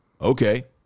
okay